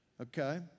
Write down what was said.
Okay